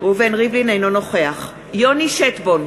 אינו נוכח יוני שטבון,